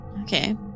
Okay